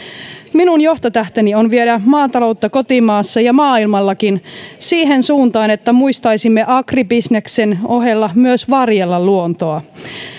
minun johtotähteni on viedä maataloutta kotimaassa ja maailmallakin siihen suuntaan että muistaisimme agribisneksen ohella myös varjella luontoa